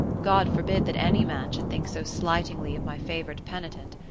god forbid that any man should think so slightingly of my favourite penitent.